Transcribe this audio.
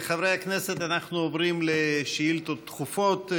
חברי הכנסת, אנחנו עוברים לשאילתות דחופות.